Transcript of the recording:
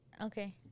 Okay